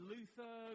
Luther